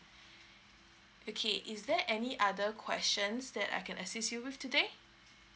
okay is there any other questions that I can assist you with today